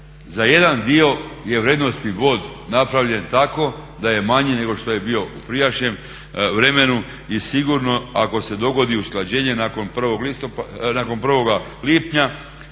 za jedan dio je vrijednosni bod napravljen tako da je manji nego što je bio u prijašnjem vremenu i sigurno ako se dogodi usklađenje nakon 1. lipnja,